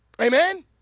Amen